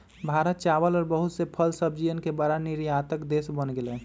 भारत चावल और बहुत से फल सब्जियन के बड़ा निर्यातक देश बन गेलय